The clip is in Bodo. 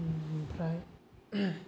बिनिफ्राय